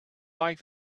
like